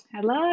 Hello